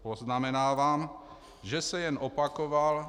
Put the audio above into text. Poznamenávám, že se jen opakoval.